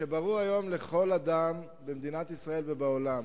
היום ברור לכל אדם במדינת ישראל ובעולם